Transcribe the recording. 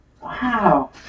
Wow